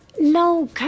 No